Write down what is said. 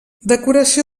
decoració